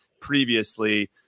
previously